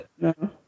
No